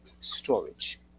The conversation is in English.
storage